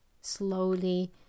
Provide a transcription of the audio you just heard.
slowly